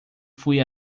fui